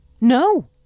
No